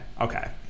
okay